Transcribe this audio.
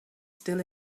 still